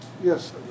Yes